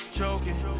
choking